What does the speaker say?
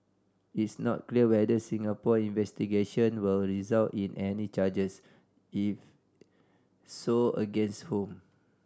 it's not clear whether Singapore investigation will result in any charges and if so against whom